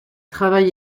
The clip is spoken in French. travaille